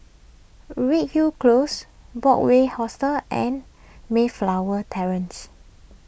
Redhill Close Broadway Hostel and Mayflower Terrace